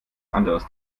anderes